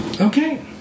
okay